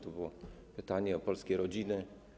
To było pytanie o polskie rodziny.